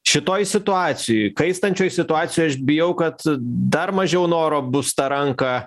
šitoj situacijoj kaistančioj situacijoj aš bijau kad dar mažiau noro bus tą ranką